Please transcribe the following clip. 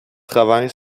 travaille